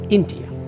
India